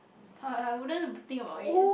but I wouldn't think about it